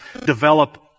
develop